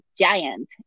giant